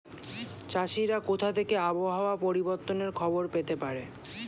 চাষিরা কোথা থেকে আবহাওয়া পরিবর্তনের খবর পেতে পারে?